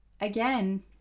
again